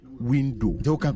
window